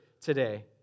today